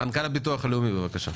מנכ"ל הביטוח הלאומי, בבקשה.